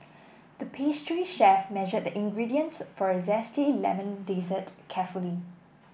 the pastry chef measured the ingredients for a zesty lemon dessert carefully